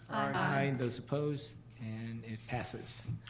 i. those opposed? and it passes.